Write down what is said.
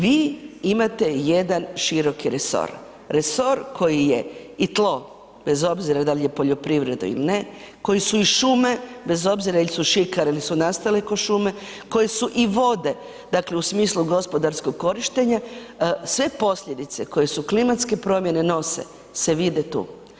Vi imate jedan široki resor, resor koji je i tlo, bez obzira da li je poljoprivreda ili ne, koji su i šume, bez obzira il su šikare il su nastale ko šume, koji su i vode, dakle u smislu gospodarskog korištenja, sve posljedice koje su klimatske promjene nose se vide tu.